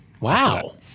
Wow